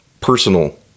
personal